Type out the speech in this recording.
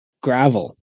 gravel